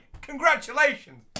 Congratulations